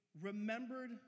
remembered